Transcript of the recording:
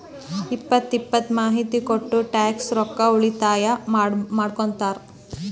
ತಪ್ಪ ತಪ್ಪ ಮಾಹಿತಿ ಕೊಟ್ಟು ಟ್ಯಾಕ್ಸ್ ರೊಕ್ಕಾ ಉಳಿತಾಯ ಮಾಡ್ಕೊತ್ತಾರ್